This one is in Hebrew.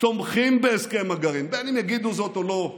תומכים בהסכם הגרעין, בין שיגידו זאת ובין שלא.